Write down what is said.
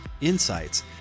insights